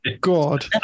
God